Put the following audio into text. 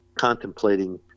contemplating